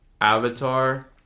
Avatar